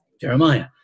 Jeremiah